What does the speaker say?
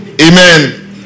Amen